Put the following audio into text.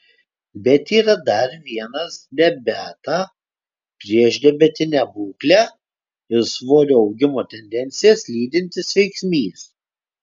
bet yra dar vienas diabetą priešdiabetinę būklę ir svorio augimo tendencijas lydintis veiksnys